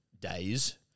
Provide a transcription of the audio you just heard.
days